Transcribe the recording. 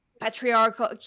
patriarchal